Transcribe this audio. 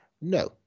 No